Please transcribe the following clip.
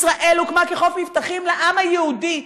ישראל הוקמה כחוף מבטחים לעם היהודי.